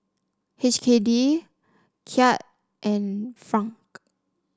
H K D Kyat and franc